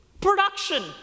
Production